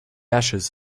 ashes